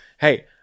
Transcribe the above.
Hey